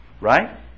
Right